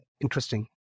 interesting